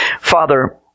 Father